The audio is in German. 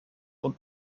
und